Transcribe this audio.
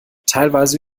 teilweise